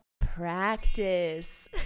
practice